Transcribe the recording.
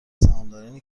سهامدارنی